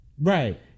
Right